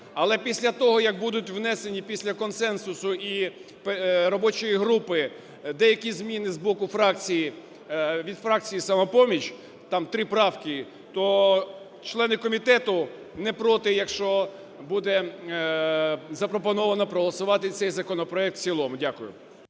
Але після того, як будуть внесені після консенсусу і робочої групи деякі зміни з боку фракції, від фракції "Самопоміч", там 3 правки, то члени комітету не проти, якщо буде запропоновано проголосувати цей законопроект в цілому. Дякую.